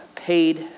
paid